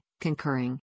concurring